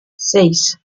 seis